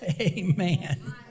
Amen